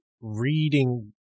reading